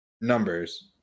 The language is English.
numbers